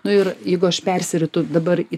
nu ir jeigu aš persiritu dabar į